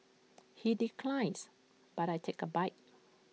he declines but I take A bite